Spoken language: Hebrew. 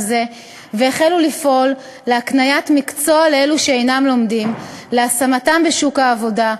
זה והחלו לפעול להקניית מקצוע לאלו שאינם לומדים להשמתם בשוק העבודה,